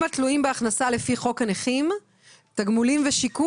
התלויים בהכנסה לפי חוק הנכים (תגמולים ושיקום),